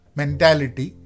mentality